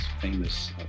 Famous